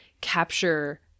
capture